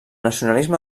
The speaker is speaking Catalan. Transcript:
nacionalisme